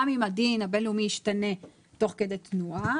גם אם הדין הבינלאומי ישתנה תוך כדי תנועה,